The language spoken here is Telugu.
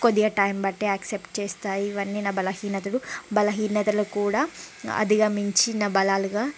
కొద్దిగా టైం బట్టే యాక్సప్ట్ చేస్తాను ఇవన్నీ నా బలహీనతలు బలహీనతలు కూడా అధిగమించి నా బలాలుగా